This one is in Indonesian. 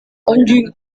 anjing